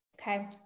Okay